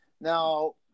Now